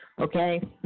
Okay